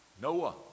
Noah